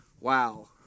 Wow